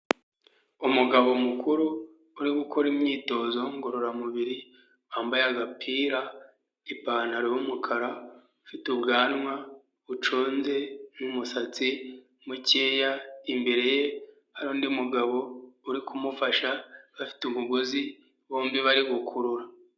Umugabo mukuru uri gukora imyitozo ngororamubiri wambaye agapira, ipantaro y'umukara, ufite ubwanwa buconze n'umusatsi mukeya, imbere ye hari undi mugabo uri kumufasha bafite umugozi bombi bari gukurura.